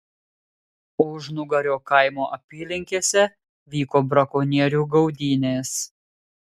ožnugario kaimo apylinkėse vyko brakonierių gaudynės